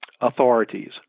authorities